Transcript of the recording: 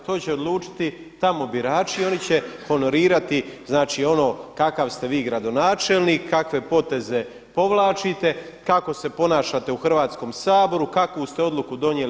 To će odlučiti tamo birači i oni će honorirati, znači ono kakav ste vi gradonačelnik, kakve poteze povlačite, kako se ponašate u Hrvatskom saboru, kakvu ste odluku donijeli.